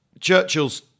Churchill's